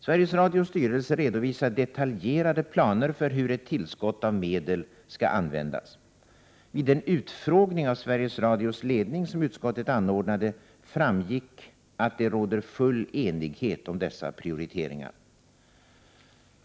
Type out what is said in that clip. SR:s styrelse redovisar detaljerade planer för hur ett tillskott av medel skall användas. Vid den utfrågning av SR:s ledning som utskottet anordnade framgick att det råder full enighet om dessa prioriteringar.